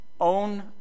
own